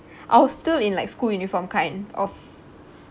I'll still in like school uniform kind of